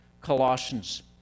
Colossians